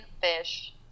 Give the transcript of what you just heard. fish